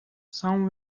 some